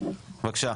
בבקשה.